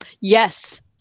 Yes